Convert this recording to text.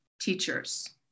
teachers